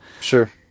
Sure